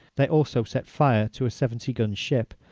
they also set fire to a seventy-gun ship,